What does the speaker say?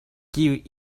kiuj